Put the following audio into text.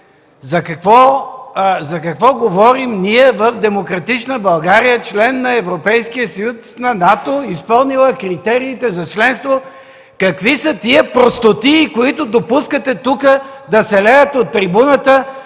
За какво говорим ние в демократична България – член на Европейския съюз, на НАТО, изпълнила критериите за членство? Какви са тия простотии, които допускате тук да се леят от трибуната,